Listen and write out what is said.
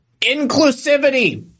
Inclusivity